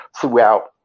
throughout